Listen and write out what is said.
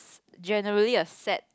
generally a sad